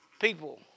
people